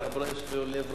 דווקא לשר התחבורה יש לב רחב.